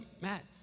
Matt